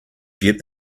get